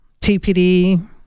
TPD